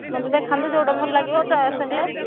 ମୋତେ ଦେଖାନ୍ତୁ ଯେଉଁଟା ଭଲ ଲାଗିବ ଚଏସ୍ ହେଲେ